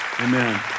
Amen